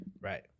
right